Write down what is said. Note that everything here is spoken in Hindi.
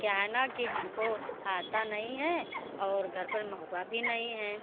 क्या है न कि हमको आता नहीं हैं और घर पर महुआ भी नहीं हैं